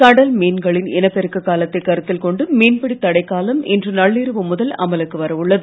கடல் மீன்களின் இனப்பெருக்க காலத்தை கருத்தில் கொண்டு மீன்பிடி தடைக்காலம் இன்று நள்ளிரவு முதல் அமலுக்கு வர உள்ளது